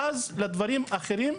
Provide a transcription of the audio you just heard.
ואז לדברים אחרים,